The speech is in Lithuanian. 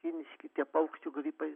kiniški tie paukščių gripai